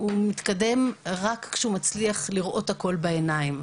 הוא מתקדם רק כשהוא מצליח לראות הכול בעיניים.